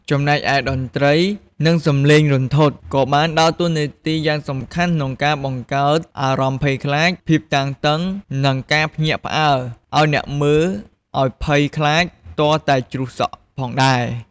ចំណែកឯតន្ត្រី និងសំឡេងរន្ធត់ក៏បានដើរតួនាទីយ៉ាងសំខាន់ក្នុងការបង្កើតអារម្មណ៍ភ័យខ្លាច ភាពតានតឹង និងការភ្ញាក់ផ្អើលអោយអ្នកមើលអោយភ័យខ្លាចទាល់តែជ្រុះសក់ផងដែរ ។